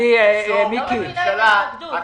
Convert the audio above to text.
הכנסת,